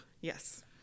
Yes